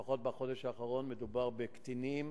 לפחות בחודש האחרון, מדובר בקטינים